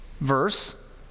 verse